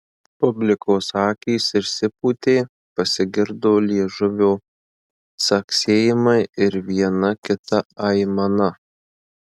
publikos akys išsipūtė pasigirdo liežuvio caksėjimai ir viena kita aimana